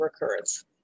recurrence